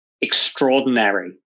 extraordinary